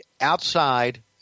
outside